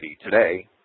today